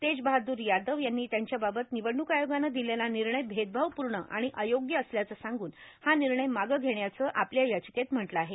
तेज बहादूर यादव यांनी त्यांच्याबाबत निवडणूक आयोगानं दिलेला निर्णय भेदभावपूर्ण आणि अयोग्य असल्याचं सांगून हा निर्णय मागं घेण्याचं आपल्या याचिकेत म्हटलं आहे